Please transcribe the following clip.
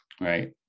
right